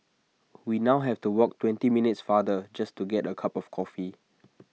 we now have to walk twenty minutes farther just to get A cup of coffee